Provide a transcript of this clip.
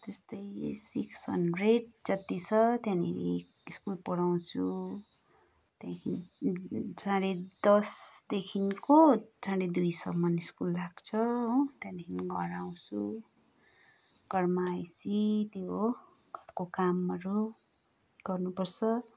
त्यस्तै six hundred जति छ त्यहाँनिर स्कुल पढाउँछु त्यहाँदेखि साढे दसदेखिको साढे दुईसम्म स्कुल लाग्छ हो त्यहाँदेखि घर आउँछु घरमा आएपछि त्यो घरको कामहरू गर्नुपर्छ